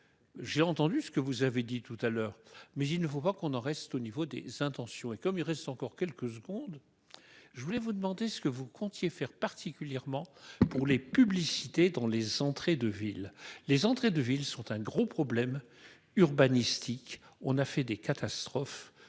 J'ai entendu ce que vous avez dit tout à l'heure mais il ne faut pas qu'on en reste au niveau des intentions et comme il reste encore quelques secondes. Je voulais vous demander ce que vous comptiez faire particulièrement pour les publicités dans les entrées de ville. Les entrées de ville sont un gros problèmes urbanistiques. On a fait des catastrophes